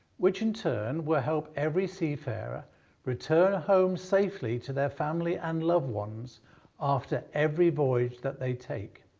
which in turn will help every seafarer return home safely to their family and loved ones after every voyage that they take.